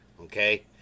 okay